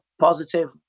positive